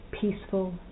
peaceful